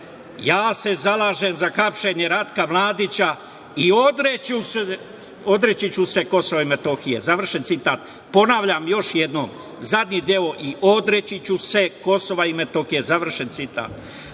„Ja se zalažem za hapšenje Ratka Mladića i odreći ću se Kosova i Metohije.“, završen citat. Ponavljam još jednom, zadnji deo - i odreći ću se Kosova i Metohije, završen citat. Da